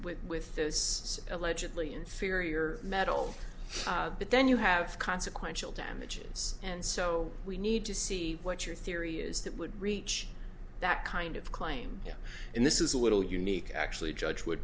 with with those allegedly inferior metal but then you have consequential damages and so we need to see what your theory is that would reach that kind of claim and this is a little unique actually judge would